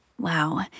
Wow